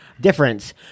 difference